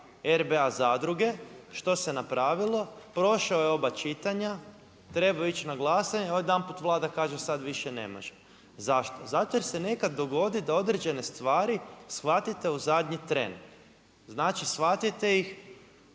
RBA zadruge što se napravilo, prošao je oba čitanja, trebao je ići na glasanje odjedanput Vlada kaže sada više ne može. Zašto? Zato jer se nekad dogodi da određene stvari shvatite u zadnji tren, znači shvatite ih